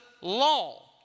law